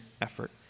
effort